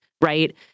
Right